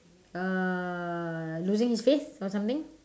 uh losing his faith or something